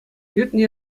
иртнӗ